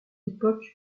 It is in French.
époque